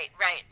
right